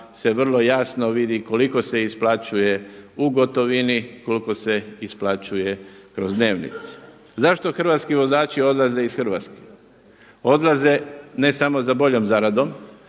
se vrlo jasno vidi koliko se isplaćuje u gotovini, koliko se isplaćuje kroz dnevnicu. Zašto hrvatski vozači odlaze iz Hrvatske? Odlaze ne samo za boljom zaradom,